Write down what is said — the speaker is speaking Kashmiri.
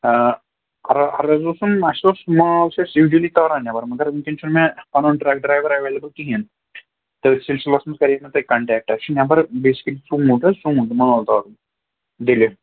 آ عرض اوسُم اَسہِ اوس مال چھِ اَسہِ یوٗجؤلی تاران نٮ۪بَر مگر وُنکٮ۪ن چھُنہٕ مےٚ پَنُن ٹرٛک ڈرٛایوَر ایٚویلیبُل کِہیٖنٛۍ تٔتھۍ سِلسِلَس منٛز کَرے مےٚ تۄہہِ کَنٹیکٹہٕ اَسہِ چھِ نٮ۪بر بیسِکلی ژھوٗنٛٹھ حظ ژھوٗنٛٹھ مال تارُن دِلہِ